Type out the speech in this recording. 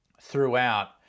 throughout